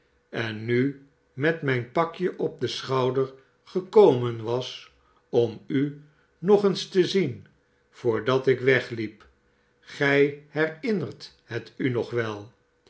en nu met mijn pakje op den schouder gekomen was om u nog eens te zien voordat ik wegliep gij herinnert het u nog wel